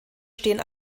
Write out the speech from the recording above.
stehen